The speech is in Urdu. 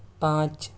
پانچ